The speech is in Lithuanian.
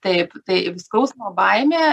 taip tai skausmo baimė